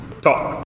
talk